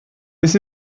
this